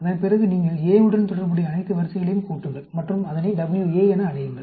அதன்பிறகு நீங்கள் A உடன் தொடர்புடைய அனைத்து வரிசைகளையும் கூட்டுங்கள் மற்றும் அதனை WA என அழையுங்கள்